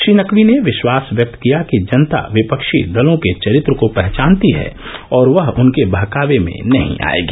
श्री नकवी ने विश्वास व्यक्त किया कि जनता विपक्षी दलों के चरित्र को पहचानती है और वह उनके बहकावे में नहीं आएगी